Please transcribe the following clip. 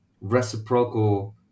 reciprocal